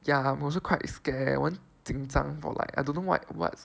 ya I'm also quite scared [one] 紧张 for like I don't know what what